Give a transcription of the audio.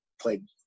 played